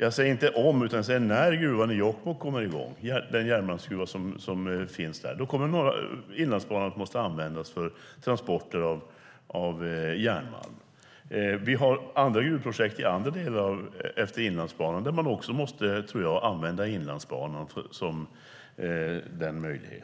Jag säger inte om utan när den järnmalmsgruva som finns i Jokkmokk kommer i gång kommer Inlandsbanan att behöva användas för transporter av järnmalm. Vi har andra gruvprojekt efter andra delar av Inlandsbanan där jag tror att man också måste använda den möjlighet som Inlandsbanan